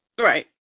Right